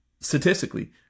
statistically